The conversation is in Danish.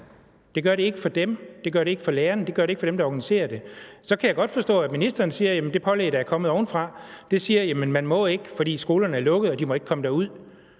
Det gør det ikke for dem, det gør det ikke for lærerne, det gør det ikke for dem, der organiserer det. Så kan jeg godt forstå, at ministeren siger, at det pålæg, der er kommet ovenfra, siger, at man ikke må, fordi skolerne er lukket, og de må ikke komme derud.